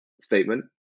statement